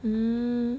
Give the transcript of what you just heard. um